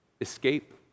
escape